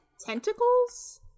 tentacles